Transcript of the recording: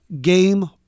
game